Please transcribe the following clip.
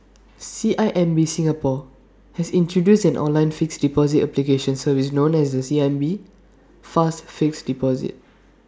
C I M B Singapore has introduced an online fixed deposit application service known as the C I M B fast fixed deposit